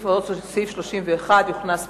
סעיף 31 יוכנס פנימה.